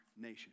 nation